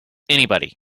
anybody